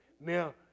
Now